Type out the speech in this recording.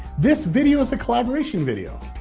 this video is a collaboration video.